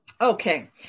Okay